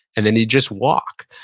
and then he just walked.